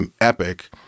epic